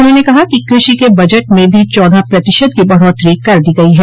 उन्होंने कहा कि कृषि के बजट में भी चौदह प्रतिशत की बढ़ोत्तरी कर दी गई है